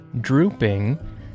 drooping